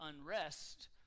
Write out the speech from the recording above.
unrest